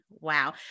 Wow